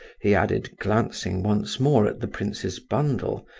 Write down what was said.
he added, glancing once more at the prince's bundle,